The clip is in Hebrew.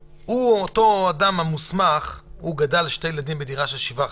אותו אדם מוסמך גדל עם שני ילדים בדירה של 7 חדרים,